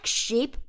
sheep